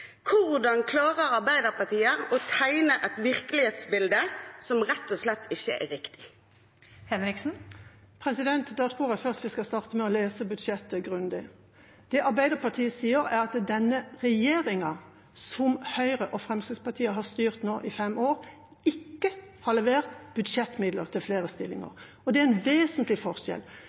Hvordan klarer Arbeiderpartiet å tegne et virkelighetsbilde som rett og slett ikke er riktig? Da tror jeg vi skal starte med å lese budsjettet grundig. Det Arbeiderpartiet sier, er at denne regjeringen, som Høyre og Fremskrittspartiet nå har styrt i fem år, ikke har levert budsjettmidler til flere stillinger. Det er en vesentlig forskjell.